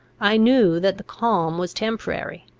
i knew that the calm was temporary,